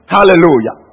Hallelujah